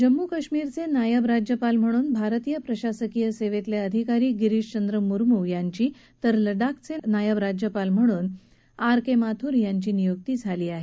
जम्मू काश्मीरचे नायब राज्यपाल म्हणून भारतीय प्रशासकीय सेवेतले अधिकारी गिरीशचंद्र मुस्मू यांची आणि लडाखचे नायब राज्यपाल म्हणून आर के माथुर यांची नियुकी झाली आहे